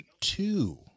two